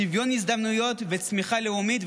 שוויון הזדמנויות וצמיחה לאומית.